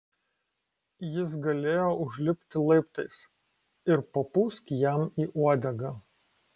jis galėjo užlipti laiptais ir papūsk jam į uodegą